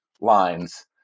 lines